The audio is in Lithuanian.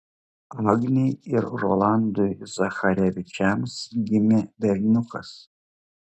agnei ir rolandui zacharevičiams gimė berniukas